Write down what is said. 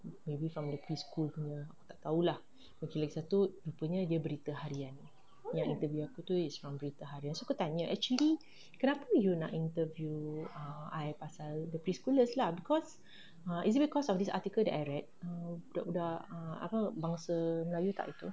maybe from the preschool punya aku tak tahu lah okay lagi satu rupanya dia berita harian yang interview aku tu it's from berita harian so aku tanya actually kenapa you nak interview I pasal the preschoolers ah cause is it because of this article that I read err budak-budak ah apa bangsa melayu tak itu